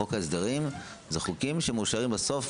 חוק ההסדרים זה חוקים שמאושרים בסוף,